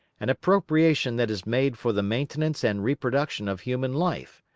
an appropriation that is made for the maintenance and reproduction of human life,